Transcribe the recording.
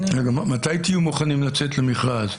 מתי תהיו מוכנים לצאת למכרז?